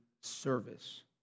service